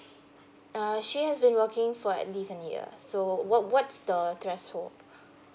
err she has been working for at least a year so what what's the threshold